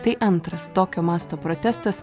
tai antras tokio masto protestas